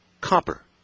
Copper